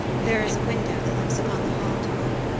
there is a window that looks upon the hall door.